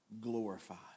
glorified